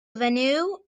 venue